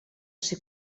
ser